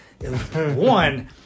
One